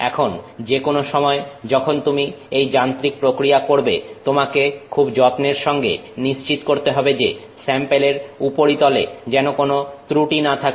এখন যেকোনো সময় যখন তুমি এই যান্ত্রিক পরীক্ষা করবে তোমাকে খুব যত্নের সঙ্গে নিশ্চিত করতে হবে যে স্যাম্পেলের উপরিতলে যেন কোনো ত্রুটি না থাকে